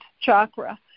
chakra